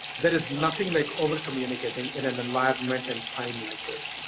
there is nothing like overcommunicating in an environment and time like this.